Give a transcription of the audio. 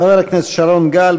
חבר הכנסת שרון גל.